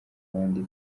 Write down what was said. abandi